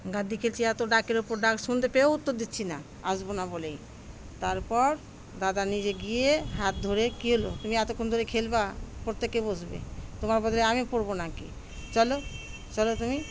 গাদ্দি খেলছি এত ডাকের ওপর ডাক শুনতে পেয়েও উত্তর দিচ্ছি না আসবো না বলেই তারপর দাদা নিজে গিয়ে হাত ধরে কি হলো তুমি এতক্ষণ ধরে খেলবা পড়তে কে বসবে তোমার বদলে আমি পড়বো না কি চলো চলো তুমি